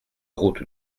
route